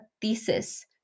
thesis